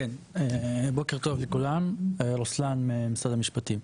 בוקר טוב לכולם, אני ממשרד המשפטים.